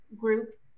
group